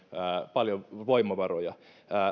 paljon voimavaroja